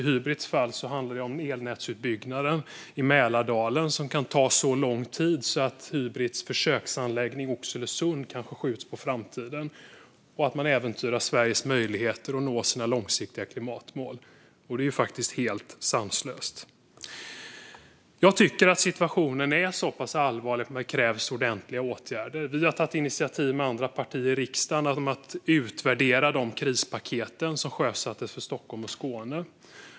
I Hybrits fall handlar det om elnätsutbyggnaden i Mälardalen, som kan ta så lång tid att Hybrits försöksanläggning i Oxelösund kanske skjuts på framtiden och Sveriges möjligheter att nå sina långsiktiga klimatmål äventyras. Det är faktiskt helt sanslöst. Jag tycker att situationen är så pass allvarlig att det krävs ordentliga åtgärder. Vi har tagit initiativ med andra partier i riksdagen om att utvärdera de krispaket som sjösatts för Stockholm och Skåne.